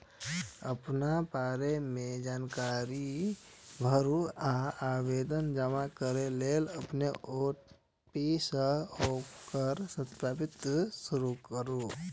अपना बारे मे जानकारी भरू आ आवेदन जमा करै लेल ओ.टी.पी सं ओकरा सत्यापित करू